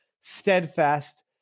steadfast